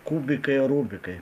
kubikai rubrikai